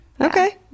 Okay